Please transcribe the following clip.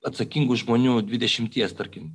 atsakingų žmonių dvidešimties tarkim